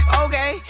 okay